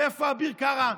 ואיפה אביר קארה,